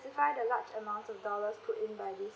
that's why the large amounts of dollars put in by these